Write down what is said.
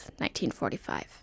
1945